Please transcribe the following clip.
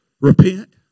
repent